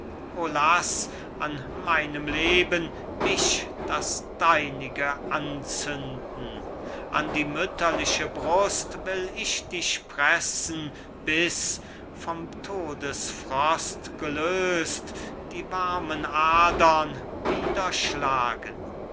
o laß an meinem leben mich das deinige anzünden an die mütterliche brust will ich dich pressen bis vom todesfrost gelöst die warmen adern